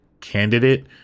candidate